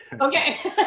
Okay